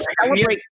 celebrate